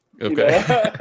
Okay